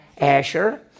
Asher